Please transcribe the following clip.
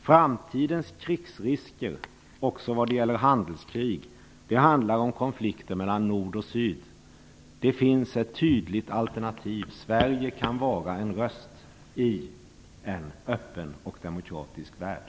Framtidens krigsrisker, också vad gäller handelskrig, avser konflikter mellan nord och syd. Det finns ett tydligt alternativ. Sverige kan vara en röst i en öppen och demokratisk värld.